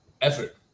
Effort